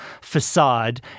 facade